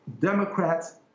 Democrats